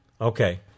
Okay